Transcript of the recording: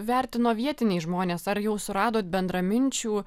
vertino vietiniai žmonės ar jau suradot bendraminčių